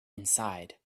inside